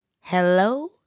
Hello